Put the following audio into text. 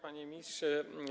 Panie Ministrze!